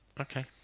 Okay